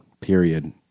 Period